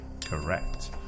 Correct